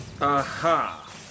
Aha